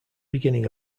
beginning